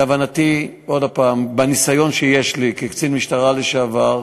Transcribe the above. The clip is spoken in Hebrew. להבנתי, בניסיון שיש לי כקצין משטרה לשעבר,